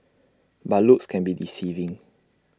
but looks can be deceiving